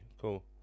Cool